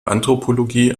anthropologie